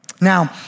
Now